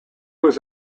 was